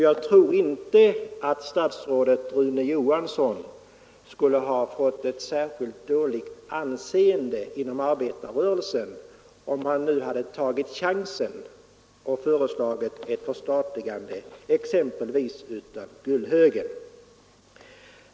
Jag tror inte att statsrådet Rune Johansson skulle ha fått särskilt dåligt anseende inom arbetarrörelsen, om han nu hade tagit chansen och föreslagit ett förstatligande exempelvis av Gullhögen.